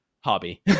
hobby